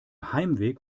heimweg